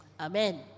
amen